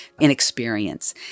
inexperience